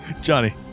Johnny